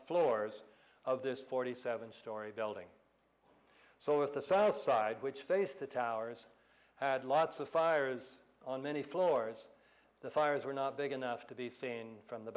floors of this forty seven story building so if the south side which faced the towers had lots of fires on many floors the fires were not big enough to be seen from the